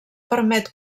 permet